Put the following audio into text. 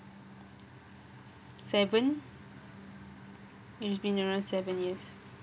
seven it has been around seven years